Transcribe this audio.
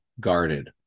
guarded